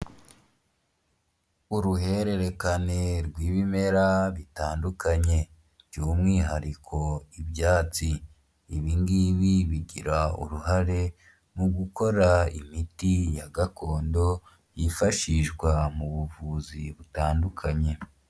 Uruhererekane rw'ibimera bitandukanye by'umwihariko ibyatsi ibi ngibi bigira uruhare mu gukora imiti ya gakondo yifashishwa mu buvuzi butandukanye.